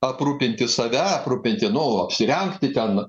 aprūpinti save aprūpinti nu apsirengti ten